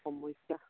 সমস্যা